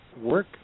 work